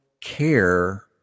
care